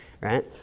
right